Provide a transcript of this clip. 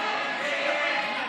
הצבעה.